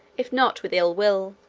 if not with ill-will.